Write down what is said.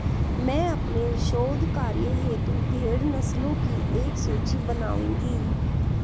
मैं अपने शोध कार्य हेतु भेड़ नस्लों की एक सूची बनाऊंगी